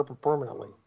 permanently